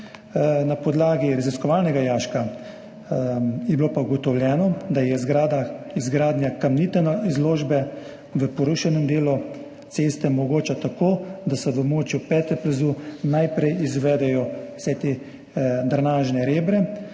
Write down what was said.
Na podlagi raziskovalnega jaška je bilo pa ugotovljeno, da je izgradnja kamnite zložbe v porušenem delu ceste mogoča tako, da se v območju pete plaza najprej izvedejo vsa ta drenažna rebra,